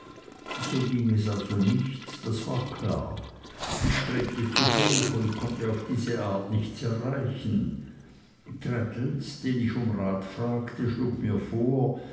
so ging es also nicht das war klar ich strebte zu hoch und konnte auf diese art nichts erreichen traddles den ich um rat fragte schlug mir vor